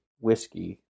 whiskey